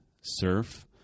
surf